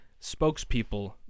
spokespeople